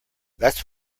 that’s